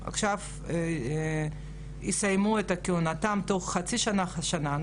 עכשיו יסיימו את כהונתם תוך חצי שנה עד שנה.